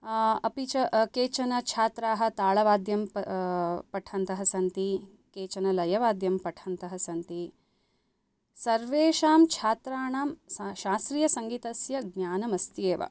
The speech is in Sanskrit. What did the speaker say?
अपि च केचन छात्राः ताळवाद्यं पठन्तः सन्ति केचन लयवाद्यं पठन्तः सन्ति सर्वेषां छात्राणां शास्त्रीयसङ्गीतस्य ज्ञानमस्त्येव